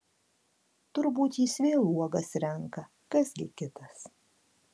turbūt jis vėl uogas renka kas gi kitas